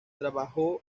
trabajó